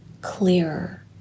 clearer